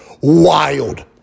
wild